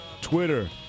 Twitter